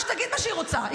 ושתגיד מה שהיא רוצה,